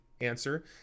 answer